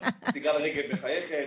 סיגל רגב מחייכת,